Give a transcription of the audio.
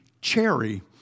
Cherry